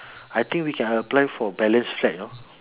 I think we can apply for balanced flat you know